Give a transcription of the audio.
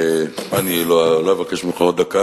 אני לא אבקש ממך עוד דקה,